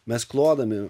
mes klodami